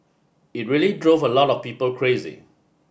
it really drove a lot of people crazy